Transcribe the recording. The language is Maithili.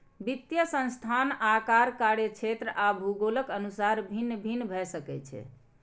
वित्तीय संस्थान आकार, कार्यक्षेत्र आ भूगोलक अनुसार भिन्न भिन्न भए सकै छै